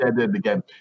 again